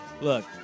look